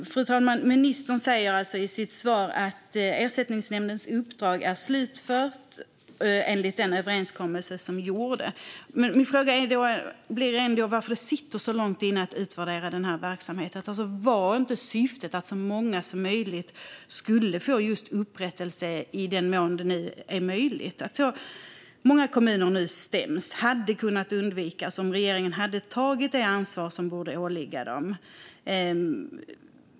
Fru talman! Ministern säger i sitt svar att Ersättningsnämndens uppdrag är slutfört, enligt den överenskommelse som gjorts. Min fråga blir varför det sitter så långt inne att utvärdera denna verksamhet. Var inte syftet att så många som möjligt skulle få upprättelse i den mån detta är möjligt? Att många kommuner nu stäms hade kunnat undvikas om regeringen hade tagit det ansvar som borde åligga den.